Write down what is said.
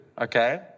okay